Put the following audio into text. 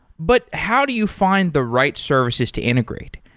but how do you find the right services to integrate?